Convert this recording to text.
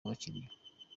abakiliya